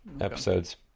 episodes